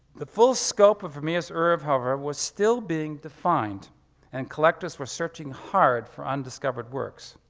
the full scope of vermeer's erv, however, was still being defined and collectors were searching hard for undiscovered works.